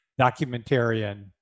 documentarian